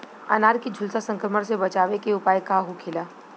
अनार के झुलसा संक्रमण से बचावे के उपाय का होखेला?